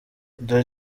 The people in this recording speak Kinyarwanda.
dore